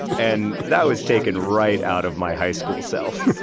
and that was taken right out of my high-school self.